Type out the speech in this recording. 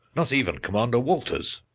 not even commander walters!